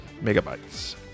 megabytes